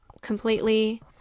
completely